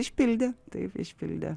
išpildė taip išpildė